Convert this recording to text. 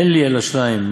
אין לי אלא שניים,